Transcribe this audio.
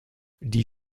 die